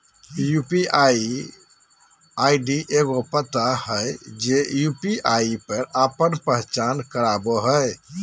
UPI ID एगो पता हइ जे यू.पी.आई पर आपन पहचान करावो हइ